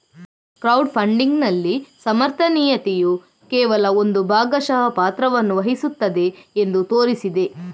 crowd ಫಂಡಿಗಿನಲ್ಲಿ ಸಮರ್ಥನೀಯತೆಯು ಕೇವಲ ಒಂದು ಭಾಗಶಃ ಪಾತ್ರವನ್ನು ವಹಿಸುತ್ತದೆ ಎಂದು ತೋರಿಸಿದೆ